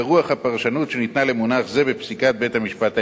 ברוח הפרשנות שניתנה למונח זה בפסיקת בית-המשפט העליון.